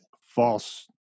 false